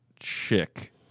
chick